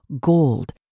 gold